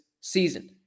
season